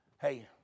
Hey